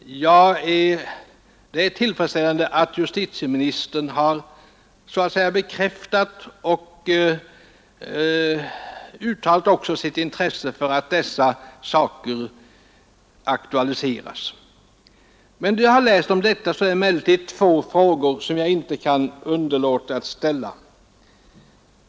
Det är tillfredsställande att justitieministern uttalat sitt intresse för att dessa saker aktualiseras. Då jag har läst om detta är det emellertid två slags frågor som jag inte kan undgå att ställa.